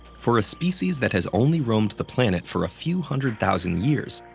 for a species that has only roamed the planet for a few hundred thousand years,